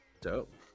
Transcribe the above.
Dope